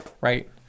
right